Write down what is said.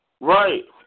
Right